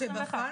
ואני לא רוצה,